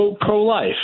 pro-life